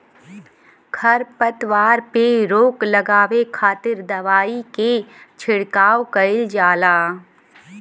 खरपतवार पे रोक लगावे खातिर दवाई के छिड़काव कईल जाला